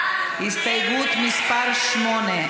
הסתייגות מס' 8,